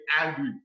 angry